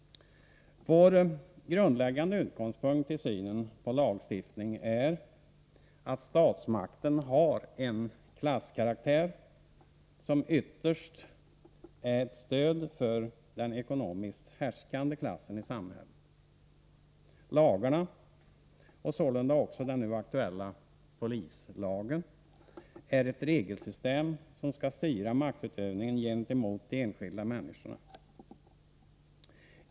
Vår grundläggande utgångspunkt i synen på lagstiftning är att statsmakten har en klasskaraktär som ytterst är ett stöd för den ekonomiskt härskande klassen i samhället. Lagarna, och sålunda också den nu aktuella polislagen, är ett regelsystem som skall styra maktutövningen gentemot de enskilda människorna.